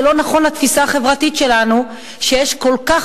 זה לא נכון לתפיסה החברתית שלנו כשיש כל כך